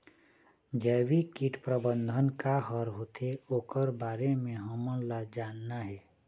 जैविक कीट प्रबंधन का हर होथे ओकर बारे मे हमन ला जानना हे?